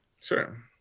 Sure